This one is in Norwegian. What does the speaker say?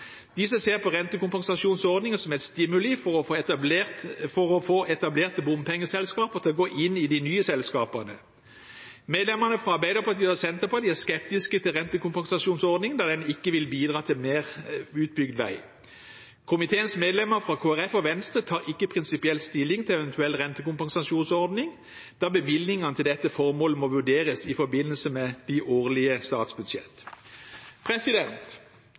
Disse ser på rentekompensasjonsordningen som en stimulans for å få etablerte bompengeselskaper til å gå inn i de nye selskapene. Medlemmene fra Arbeiderpartiet og Senterpartiet er skeptiske til rentekompensasjonsordningen, da den ikke vil bidra til mer utbygd vei. Komiteens medlemmer fra Kristelig Folkeparti og Venstre tar ikke prinsipiell stilling til en eventuell rentekompensasjonsordning, da bevilgningene til dette formålet må vurderes i forbindelse med de årlige